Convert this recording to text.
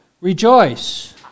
rejoice